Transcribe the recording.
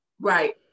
Right